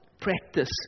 practice